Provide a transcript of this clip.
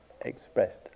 expressed